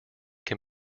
can